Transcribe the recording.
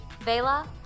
Vela